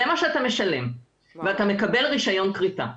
זה מה שאתה משלם ואתה מקבל רישיון כריתה.